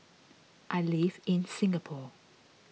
I live in Singapore